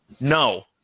No